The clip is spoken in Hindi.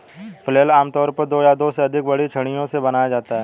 फ्लेल आमतौर पर दो या दो से अधिक बड़ी छड़ियों से बनाया जाता है